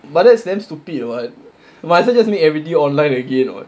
but that's damn stupid or what might as well just make everything online again [what]